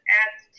adds